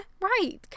Right